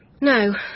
No